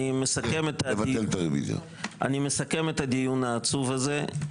אני מסכם את הדיון העצוב הזה.